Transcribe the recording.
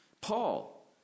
Paul